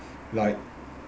like